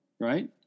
right